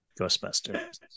Ghostbusters